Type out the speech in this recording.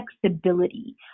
flexibility